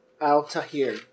Al-Tahir